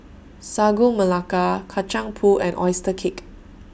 Sagu Melaka Kacang Pool and Oyster Cake